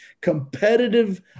competitive